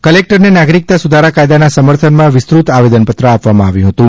કલેકટરને નાગરિકતા સુધારા કાયદાના સમર્થનમાં વિસ્તૃત આવેદનપત્ર આપવામાં આવ્યું હતું